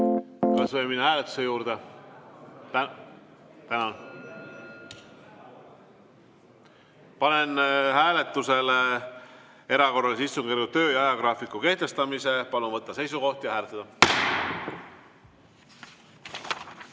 Kas võime minna hääletuse juurde? Tänan! Panen hääletusele erakorralise istungjärgu töö ajagraafiku kehtestamise. Palun võtta seisukoht ja hääletada!